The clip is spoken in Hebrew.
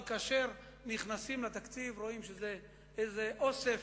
אבל כאשר נכנסים לתקציב רואים שזה איזה אוסף,